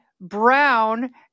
brown